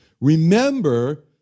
Remember